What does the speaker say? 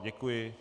Děkuji.